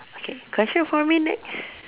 okay question for me next